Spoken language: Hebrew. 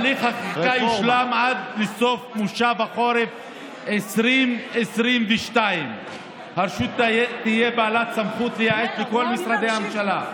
הליך החקיקה יושלם עד סוף מושב החורף 2022. הרשות תהיה בעלת סמכות לייעץ לכל משרדי הממשלה,